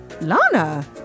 Lana